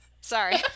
Sorry